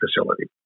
facility